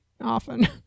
often